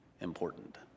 important